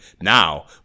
now